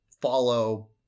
follow